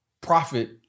profit